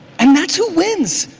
and that's who wins.